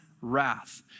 wrath